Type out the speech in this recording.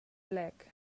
black